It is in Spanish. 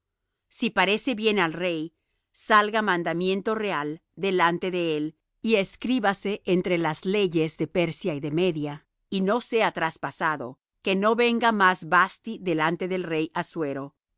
si parece bien al rey salga mandamiento real delante de él y escríbase entre las leyes de persia y de media y no sea traspasado que no venga más vasthi delante del rey assuero